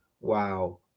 wow